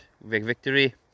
victory